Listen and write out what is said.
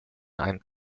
ein